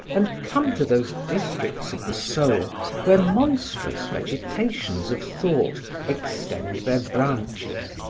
and come to those districts of the soul where monstrous vegetations of thought extend their branches.